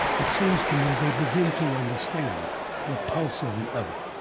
it seems to me, they begin to understand the pulse of the other.